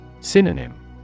Synonym